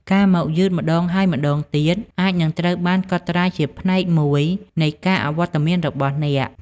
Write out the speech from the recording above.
ការមកយឺតម្តងហើយម្តងទៀតអាចនឹងត្រូវបានកត់ត្រាជាផ្នែកមួយនៃការអវត្តមានរបស់អ្នក។